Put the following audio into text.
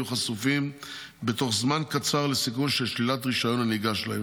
יהיו חשופים בתוך זמן קצר לסיכון של שלילת רישיון הנהיגה שלהם.